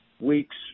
weeks